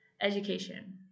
education